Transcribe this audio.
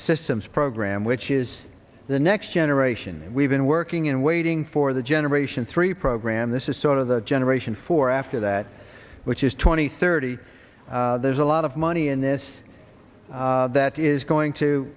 systems program which is the next generation we've been working and waiting for the generation three program this is sort of the generation for after that which is twenty thirty there's a lot of money in this that is going to